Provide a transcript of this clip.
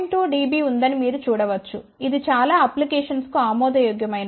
2 dB ఉందని మీరు చూడ వచ్చు ఇది చాలా అప్లికేషన్స్ కు ఆమోదయోగ్యమైనది